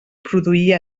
produïa